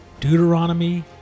Deuteronomy